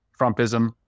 Trumpism